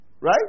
Right